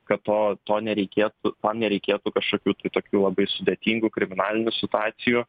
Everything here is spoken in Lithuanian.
kad to to nereikėtų to nereikėtų kažkokių kitokių labai sudėtingų kriminalinių situacijų